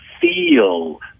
feel